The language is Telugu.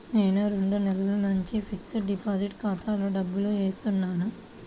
నేను రెండు నెలల నుంచి ఫిక్స్డ్ డిపాజిట్ ఖాతాలో డబ్బులు ఏత్తన్నాను